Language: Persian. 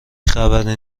خبری